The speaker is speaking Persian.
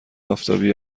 آفتابی